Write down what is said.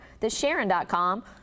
TheSharon.com